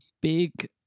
big